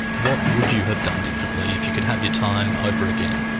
what would you have done differently if you could have your time over again?